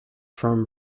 from